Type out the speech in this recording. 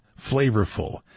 flavorful